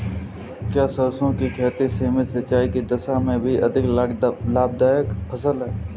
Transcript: क्या सरसों की खेती सीमित सिंचाई की दशा में भी अधिक लाभदायक फसल है?